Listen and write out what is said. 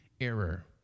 error